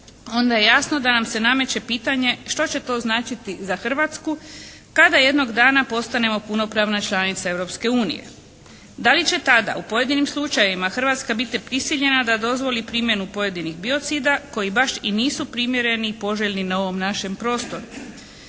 onda je jasno da nam se nameće pitanje što će to značiti za Hrvatsku kada jednog dana postanemo punopravna članica Europske unije. Da li će tada u pojedinim slučajevima Hrvatska biti prisiljena da dozvoli primjenu pojedinih biocida koji baš i nisu primjereni i poželjni na ovom našem prostoru.